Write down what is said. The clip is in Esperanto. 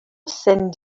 sen